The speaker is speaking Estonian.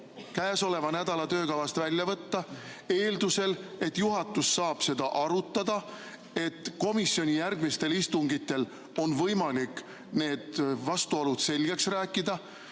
käesoleva nädala töökavast välja võtta, ja seda eeldusel, et juhatus saab seda arutada, et komisjoni järgmistel istungitel on võimalik need vastuolud selgeks rääkida